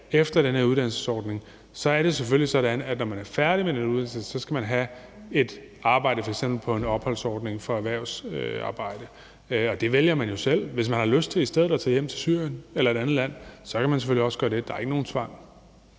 efter den her uddannelsesordning, er det selvfølgelig sådan, at når man er færdig med den uddannelse, skal man have et arbejde på f.eks. en opholdsordning for erhvervsarbejde. Det vælger man jo selv. Hvis man har lyst til i stedet at tage hjem til Syrien eller et andet land, kan man selvfølgelig også gøre det. Der er ikke nogen tvang.